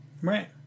Right